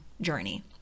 journey